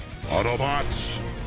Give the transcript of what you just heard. Autobots